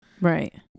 Right